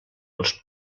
els